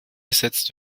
gesetzt